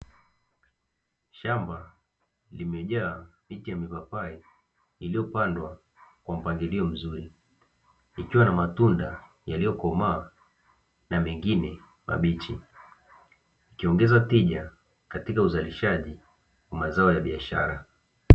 Shamba limejaa miti ya mipapai iliyopandwa kwa mpangilio mzuri, ikiwa na matunda yaliyokomaa na mengine mabichi ikiongeza tija katika uzalishaji, wa mazao ya biashara.